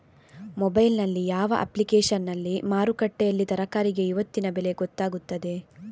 Mobile ನಲ್ಲಿ ಯಾವ ಅಪ್ಲಿಕೇಶನ್ನಲ್ಲಿ ಮಾರುಕಟ್ಟೆಯಲ್ಲಿ ತರಕಾರಿಗೆ ಇವತ್ತಿನ ಬೆಲೆ ಗೊತ್ತಾಗುತ್ತದೆ?